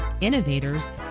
innovators